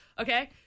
Okay